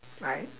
right